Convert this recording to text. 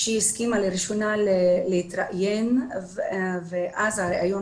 כשהיא הסכימה לראשונה להתראיין ואז היום